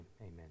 Amen